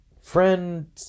friend